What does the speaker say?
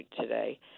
today